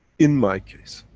in my case.